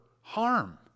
harm